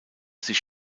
sich